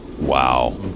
Wow